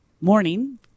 morning